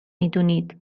میدونید